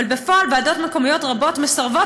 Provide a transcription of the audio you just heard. אבל בפועל ועדות מקומיות רבות מסרבות